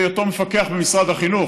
בהיותו מפקח במשרד החינוך,